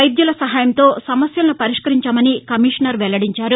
వైద్యుల సహాయంతో సమస్యలను పరిష్కరించామని కమిషనర్ వెల్లడించారు